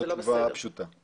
זה לא בסדר.